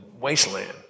wasteland